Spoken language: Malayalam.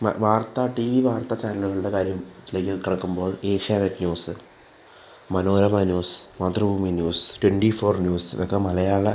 വാർത്ത ടി വി വാർത്ത ചാനലുകളുടെ കാര്യം കടക്കുമ്പോൾ Asianet news Manorama news Mathrubhumi news twenty four news ഇതൊക്കെ മലയാളം